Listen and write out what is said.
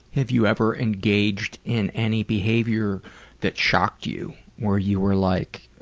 have you ever engaged in any behavior that shocked you where you were like,